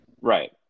Right